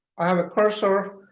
i have a cursor,